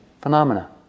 phenomena